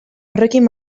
horrekin